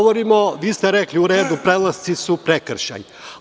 Vi ste rekli – prelasci su prekršaj.